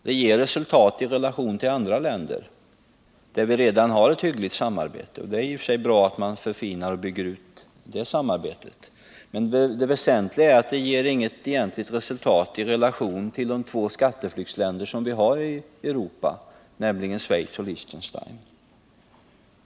Det ger resultat i relation till andra länder, där vi redan har ett hyggligt samarbete. Det är i och för sig bra att man förfinar och bygger ut det samarbetet, men det ger inga väsentliga resultat i relation till de två skatteflyktsländerna i Europa, nämligen Schweiz och Liechtenstein.